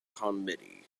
committee